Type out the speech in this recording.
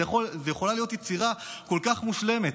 זאת יכולה להיות יצירה כל כך מושלמת.